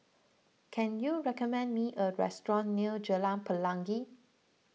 can you recommend me a restaurant near Jalan Pelangi